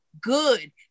good